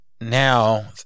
now